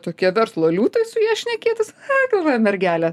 tokie verslo liūtai su ja šnekėtis ai galvoja mergelė